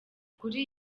kuri